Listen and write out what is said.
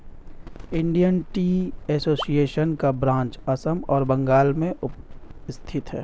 Indian tea association का branch Assam और पश्चिम बंगाल में स्थित है